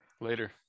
later